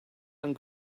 and